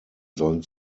sollen